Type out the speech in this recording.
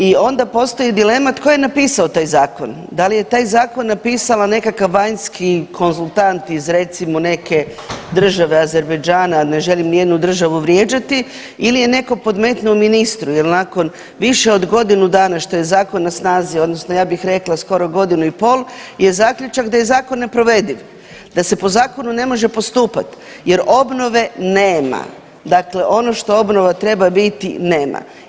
I onda postoji dilema tko je napisao taj zakon, da li je taj zakon napisala nekakav vanjski konzultant iz recimo neke države Azerbajdžana, ne želim nijednu državu vrijeđati ili je netko podmetnuo ministru jel nakon više od godinu dana što je zakon na snazi odnosno ja bih rekla skoro godinu i pol je zaključak da je zakon neprovediv, da se po zakonu ne može postupat jer obnove nema, dakle ono što obnova treba biti nema.